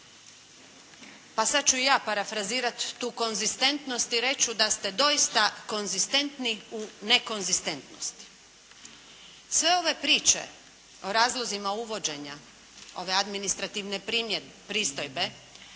Pa sad ću ja parafrazirat ću konzistentnost i reći ću da ste doista konzistentni u nekonzistentnosti. Sve ove priče o razlozima uvođenja ove administrativne pristojbe